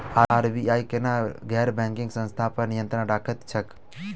RBI केना गैर banking संस्था पर नियत्रंण राखैत छैक?